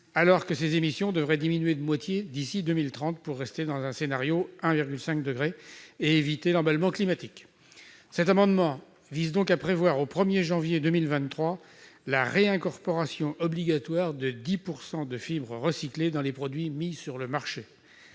alors que ces émissions devraient diminuer de moitié d'ici à 2030 pour rester dans un scénario de 1,5 degré et éviter l'emballement climatique. Cet amendement vise donc à prévoir au 1 janvier 2023 la réincorporation obligatoire de 10 % de fibres recyclées dans les produits mis sur le marché.